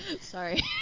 Sorry